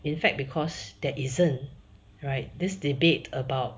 in fact because there isn't right this debate about